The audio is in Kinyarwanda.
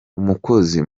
umukozi